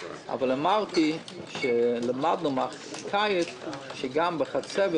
אבל אמרתי שלמדנו מהאמריקאים שגם בחצבת